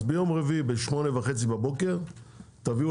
אז ביום רביעי ב-8:30 בבוקר תביאו